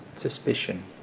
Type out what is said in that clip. suspicion